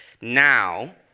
now